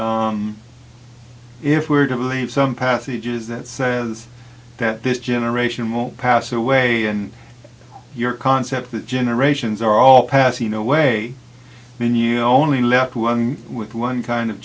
life if we're to believe some passages that says that this generation will pass away and your concept that generations are all passing away when you're only left one with one kind of